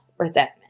resentment